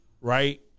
right